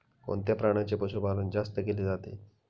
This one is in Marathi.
कोणत्या प्राण्याचे पशुपालन जास्त केले जाते?